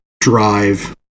drive